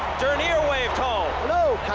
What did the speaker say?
dernier waved home.